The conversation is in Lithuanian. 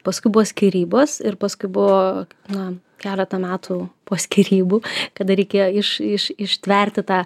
paskui buvo skyrybos ir paskui buvo na keleta metų po skyrybų kada reikėjo iš iš ištverti tą